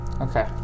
Okay